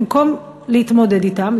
במקום להתמודד אתם,